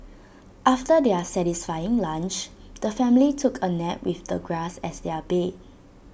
after their satisfying lunch the family took A nap with the grass as their bed